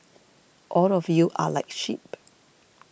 all of you are like sheep